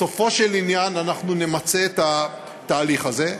בסופו של דבר אנחנו נמצה את התהליך הזה.